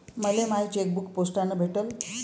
मले माय चेकबुक पोस्टानं भेटल